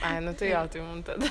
ai nu tai jo tai mum tada